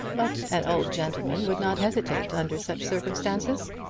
but an old gentleman would not hesitate under such circumstances.